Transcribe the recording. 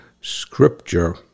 scripture